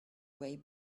way